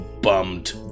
bummed